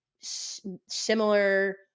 similar